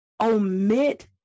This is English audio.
omit